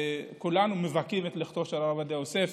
כולנו מבכים את לכתו של הרב עובדיה יוסף,